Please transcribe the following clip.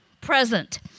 present